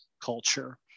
culture